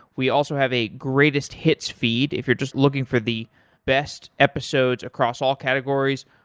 we also have a greatest hits feed if you're just looking for the best episodes across all categories.